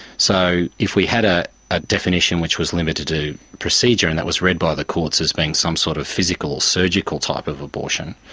so if we had a ah definition which was limited to procedure and that was read by the courts as being some sort of physical or surgical type of abortion,